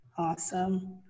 Awesome